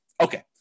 Okay